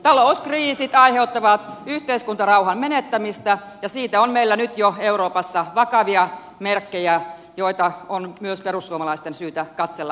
talouskriisit aiheuttavat yhteiskuntarauhan menettämistä ja siitä on meillä nyt jo euroopassa vakavia merkkejä joita on myös perussuomalaisten syytä katsella oikealla tavalla